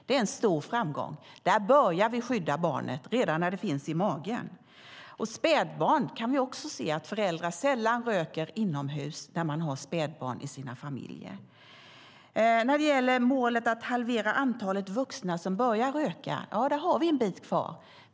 Det är en stor framgång - vi börjar skydda barnet redan när det finns i magen. Vi kan också se att föräldrar sällan röker inomhus när de har spädbarn i sina familjer. När det gäller målet att halvera antalet vuxna som börjar röka har vi en bit kvar.